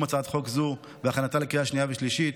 הצעת חוק זו ובהכנתה לקריאה שנייה ושלישית: